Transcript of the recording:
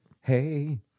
Hey